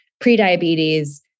pre-diabetes